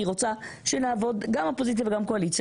אני רוצה שגם הקואליציה וגם האופוזיציה